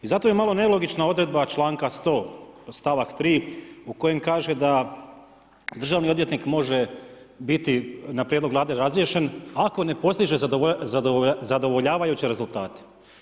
I zato mi je malo nelogična odredba članka 100. stavak 3. u kojem kaže da državni odvjetnik može biti na prijedlog Vlade razriješen ako ne postiže zadovoljavajuće rezultate.